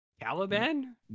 Caliban